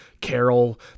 Carol